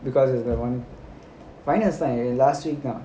because it's the one finals ah last week ah